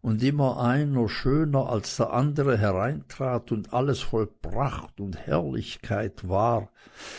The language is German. und immer einer schöner als der andere hereintrat und alles voll pracht und herrlichkeit war